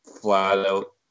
flat-out